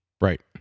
Right